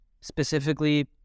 specifically